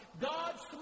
God's